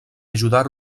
ajudar